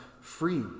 free